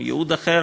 עם ייעוד אחר.